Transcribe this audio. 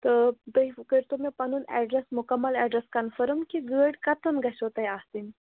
تہٕ تُہۍ کٔرۍتو مےٚ پَنُن اٮ۪ڈرَس مُکمَل اٮ۪ڈرَس کَنفٲرٕم کہِ گٲڑۍ کَتٮ۪ن گژھیو تۄہہِ آسٕنۍ